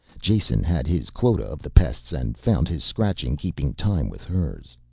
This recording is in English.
jason had his quota of the pests and found his scratching keeping time with hers.